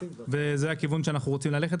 וזה הכיוון שאנחנו רוצים ללכת.